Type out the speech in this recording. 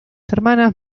hermanas